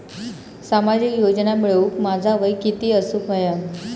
सामाजिक योजना मिळवूक माझा वय किती असूक व्हया?